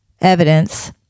evidence